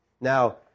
Now